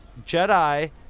Jedi